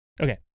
Okay